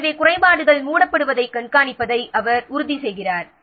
எனவே குறைபாடுகள் மூடப்படுவதைக் கண்காணிப்பதை அவர் உறுதிசெய்கிறார்